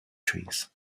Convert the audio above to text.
trees